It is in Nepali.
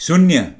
शून्य